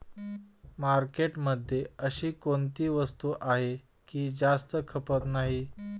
मार्केटमध्ये अशी कोणती वस्तू आहे की जास्त खपत नाही?